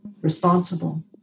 Responsible